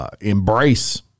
Embrace